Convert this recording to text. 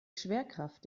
schwerkraft